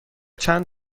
چند